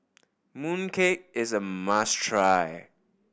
mooncake is a must try